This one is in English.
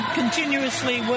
continuously